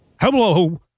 Hello